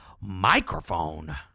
microphone